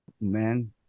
Man